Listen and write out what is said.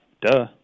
duh